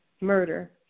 murder